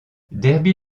derby